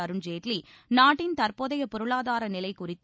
அருண்ஜேட்லி நாட்டின் தற்போதைய பொருளாதார நிலை குறித்து